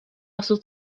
also